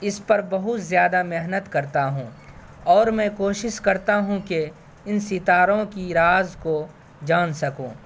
اس پر بہت زیادہ محنت کرتا ہوں اور میں کوشس کرتا ہوں کہ ان ستاروں کے راز کو جان سکوں